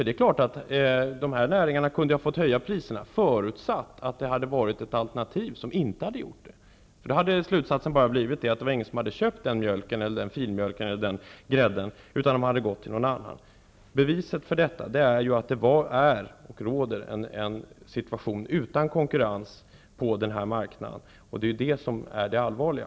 Det är klart att näringen hade kunnat få höja priserna, förutsatt att det hade funnits ett alternativ som inte hade gjort det. Då hade resultatet bara blivit att ingen hade köpt den mjölken, den filmjölken eller den grädden, utan alla hade gått till någon annan. Detta är ett bevis för att det råder en situation utan konkurrens på den här marknaden, och det är det som är det allvarliga.